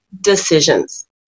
decisions